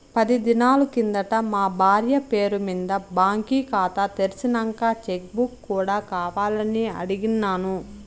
పది దినాలు కిందట మా బార్య పేరు మింద బాంకీ కాతా తెర్సినంక చెక్ బుక్ కూడా కావాలని అడిగిన్నాను